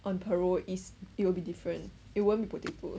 on parole is it will be different it won't be potato